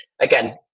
again